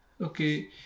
okay